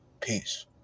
Peace